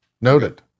Noted